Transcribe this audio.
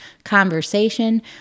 conversation